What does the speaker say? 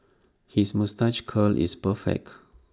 his moustache curl is perfect